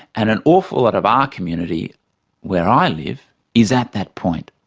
and an awful lot of our community where i live is at that point,